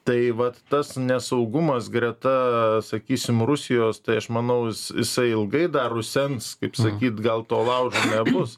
tai vat tas nesaugumas greta sakysim rusijos tai aš manau jis jisai ilgai dar rusens kaip sakyt gal to laužo nebus